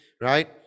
right